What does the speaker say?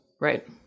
Right